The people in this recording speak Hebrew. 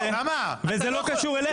וזה לא קשור אליך,